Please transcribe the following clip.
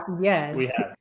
yes